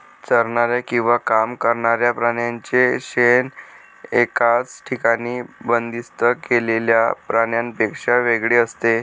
चरणाऱ्या किंवा काम करणाऱ्या प्राण्यांचे शेण एकाच ठिकाणी बंदिस्त केलेल्या प्राण्यांपेक्षा वेगळे असते